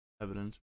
evidence